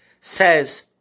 says